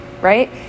right